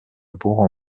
bourg